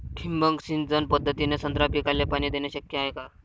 ठिबक सिंचन पद्धतीने संत्रा पिकाले पाणी देणे शक्य हाये का?